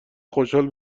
خوشحال